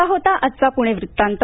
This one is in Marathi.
हा होता आजचा पृणे वृत्तांत